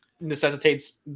necessitates